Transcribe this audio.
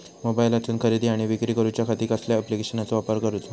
मोबाईलातसून खरेदी आणि विक्री करूच्या खाती कसल्या ॲप्लिकेशनाचो वापर करूचो?